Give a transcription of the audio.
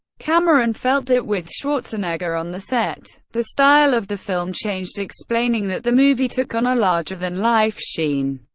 cameron felt that with schwarzenegger on the set, the style of the film changed, explaining that the movie took on a larger-than-life sheen.